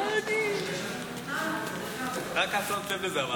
אבל רק את שמת לה לזה.